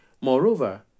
Moreover